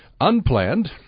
unplanned